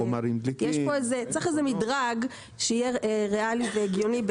צריך איזה שהוא מדרג שיהיה ריאלי והגיוני.